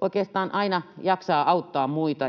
oikeastaan aina jaksaa auttaa muita.